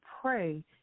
pray